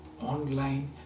online